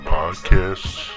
podcasts